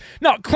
No